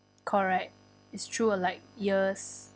correct it's true uh like years